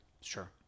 Sure